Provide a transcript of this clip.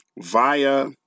via